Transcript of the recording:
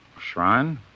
Shrine